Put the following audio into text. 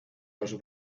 los